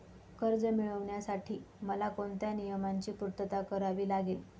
कर्ज मिळविण्यासाठी मला कोणत्या नियमांची पूर्तता करावी लागेल?